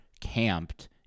camped